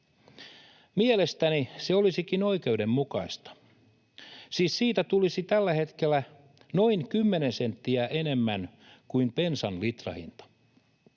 Mielestäni se olisikin oikeudenmukaista. Siis siitä tulisi tällä hetkellä noin 10 senttiä enemmän kuin bensan litrahinta.